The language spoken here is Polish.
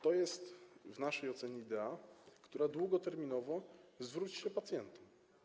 To jest w naszej ocenie idea, według której długoterminowo zwróci się to pacjentom.